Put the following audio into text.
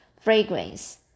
fragrance